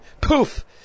poof